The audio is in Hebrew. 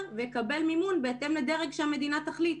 ויקבל מימון בהתאם לדרג שהמדינה תחליט.